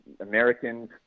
Americans